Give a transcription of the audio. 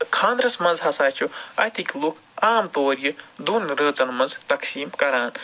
خانٛدرَس منٛز ہسا چھِ اَتِکۍ لُکھ آم طور یہِ دۄن رٲژَن منٛز یہِ تقسیٖم کران